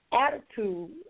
attitude